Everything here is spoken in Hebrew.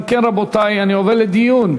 אם כן, רבותי, אני עובר לדיון.